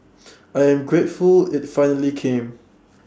I am grateful IT finally came